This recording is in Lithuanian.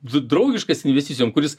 dra draugiškas investicijom kuris